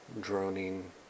droning